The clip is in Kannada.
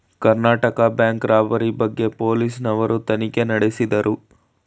ಕರ್ನಾಟಕ ಬ್ಯಾಂಕ್ ರಾಬರಿ ಬಗ್ಗೆ ಪೊಲೀಸ್ ನವರು ತನಿಖೆ ನಡೆಸಿದರು